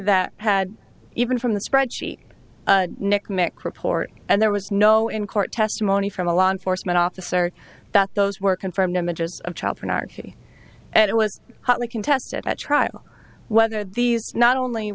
that had even from the spreadsheet nick mick report and there was no in court testimony from a law enforcement officer that those were confirmed images of child pornography and it was hotly contested at trial whether these not only